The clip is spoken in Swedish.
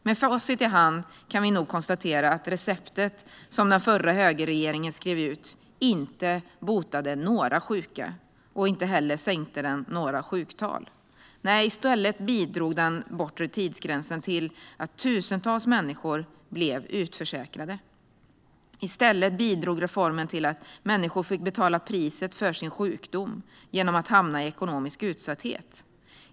Med facit i hand kan vi nog konstatera att receptet som den förra högerregeringen skrev ut inte botade några sjuka. Inte heller sänkte det några sjuktal. Nej, i stället bidrog den bortre tidsgränsen till att tusentals människor blev utförsäkrade. I stället bidrog reformen till att människor fick betala priset för sin sjukdom genom att hamna i ekonomisk utsatthet.